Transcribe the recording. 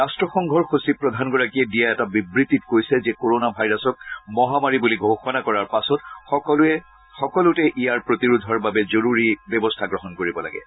ৰাষ্ট্ৰসংঘৰ সচিবপ্ৰধানগৰাকীয়ে দিয়া এটা বিবৃতিত কৈছে যে কৰনা ভাইৰাছক মহামাৰী বুলি ঘোষণা কৰাৰ পাছত সকলোৱে সকলোতে ইয়াৰ প্ৰতিৰোধৰ বাবে জৰুৰীভাৱে ব্যৱস্থা গ্ৰহণ কৰিব লাগে